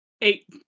Eight